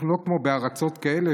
אנחנו לא כמו בארצות כאלה